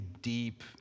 deep